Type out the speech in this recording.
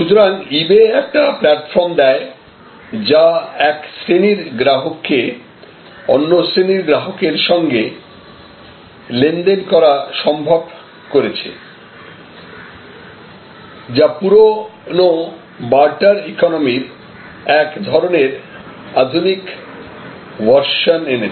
সুতরাং ইবে একটি প্ল্যাটফর্ম দেয় যা এক শ্রেণীর গ্রাহককে অন্য শ্রেণির গ্রাহকের সঙ্গে লেনদেন করা সম্ভব করেছে যা পুরনো বার্টার ইকোনমির এক ধরনের আধুনিক ভার্সন এনেছে